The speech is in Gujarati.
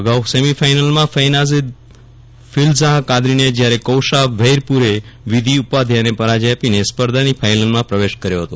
અગાઉ સેમિફાઇનલમાં ફેનાઝે ફિલઝાહ કાદરીને જ્યારે કૌંસા ભૈરપૂરે વિધિ ઉપાધ્યાયને પરાજ્ય આપીને સ્પર્ધાની ફાઇનલમાં પ્રવેશ કર્યો હતો